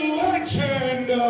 legend